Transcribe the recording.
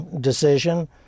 decision